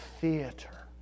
theater